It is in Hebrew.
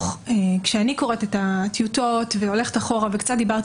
כשאני קוראת את הטיוטות והולכת אחורה וקצת דיברתי